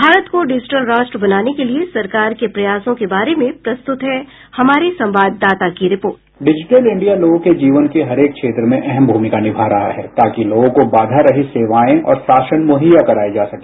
भारत को डिजिटल राष्ट्र बनाने के लिए सरकार के प्रयासों के बारे में प्रस्तुत है हमारे संवाददाता की रिपोर्ट बाईट डिजिटल इंडिया लोगों के जीवन के हरेक क्षेत्र में अहम भूमिका निभा रहा है ताकि लोगों को बाधा रहित सेवाएं और शासन मुहैया कराया जा सके